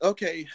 Okay